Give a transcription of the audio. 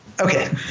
okay